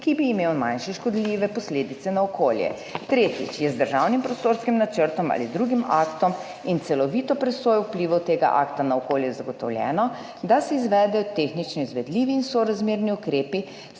ki bi imel manjše škodljive posledice na okolje. Tretjič: je z državnim prostorskim načrtom ali drugim aktom in celovito presojo vplivov tega akta na okolje zagotovljeno, da se izvedejo tehnično izvedljivi in sorazmerni ukrepi,